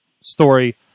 story